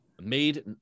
made